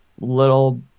little